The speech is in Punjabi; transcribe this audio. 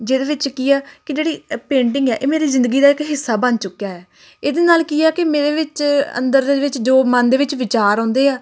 ਜਿਹਦੇ ਵਿੱਚ ਕੀ ਆ ਕਿ ਜਿਹੜੀ ਪੇਂਟਿੰਗ ਹੈ ਇਹ ਮੇਰੀ ਜ਼ਿੰਦਗੀ ਦਾ ਇੱਕ ਹਿੱਸਾ ਬਣ ਚੁੱਕਿਆ ਹੈ ਇਹਦੇ ਨਾਲ ਕੀ ਆ ਕਿ ਮੇਰੇ ਵਿੱਚ ਅੰਦਰ ਦੇ ਵਿੱਚ ਜੋ ਮਨ ਦੇ ਵਿੱਚ ਵਿਚਾਰ ਆਉਂਦੇ ਆ